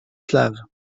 slaves